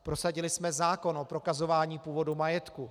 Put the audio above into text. Prosadili jsme zákon o prokazování původu majetku.